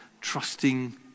trusting